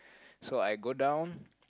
so I go down